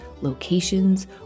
locations